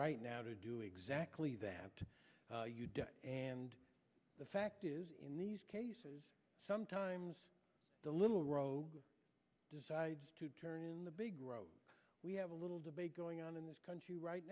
right now to do exactly that and the fact is in these cases sometimes the little rogue decides to turn in the big we have a little debate going on in this country right